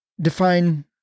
define